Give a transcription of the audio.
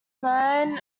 known